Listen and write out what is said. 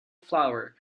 flower